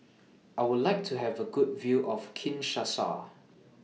I Would like to Have A Good View of Kinshasa